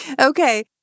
Okay